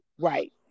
Right